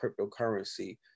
cryptocurrency